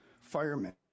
firemen